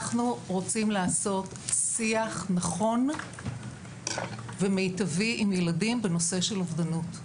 אנחנו רוצים לעשות שיח נכון ומיטבי עם ילדים בנושא של אובדנות.